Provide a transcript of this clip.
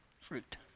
fruit